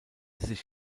sich